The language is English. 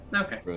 Okay